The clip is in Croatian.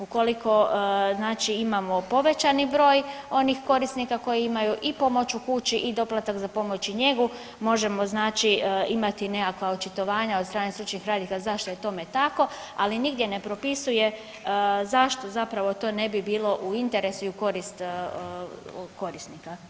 Ukoliko imamo povećani broj onih korisnika koji imaju i pomoć u kući i doplatak za pomoć i njegu možemo znači imati nekakva očitovanja od strane stručnih radnika zašto je tome tako, ali nigdje ne propisuje zašto zapravo to ne bi bilo u interesu i u korist korisnika.